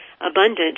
abundant